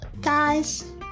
guys